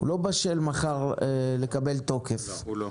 הוא לא בשל לקבל תוקף מחר.